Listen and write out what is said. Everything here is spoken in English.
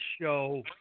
show